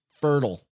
fertile